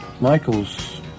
michael's